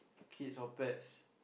kids or pets